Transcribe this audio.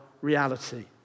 reality